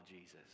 Jesus